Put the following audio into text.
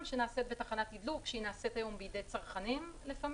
שנעשית בתחנת תדלוק שנעשית היום לפעמים בידי צרכנים.